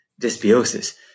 dysbiosis